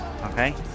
Okay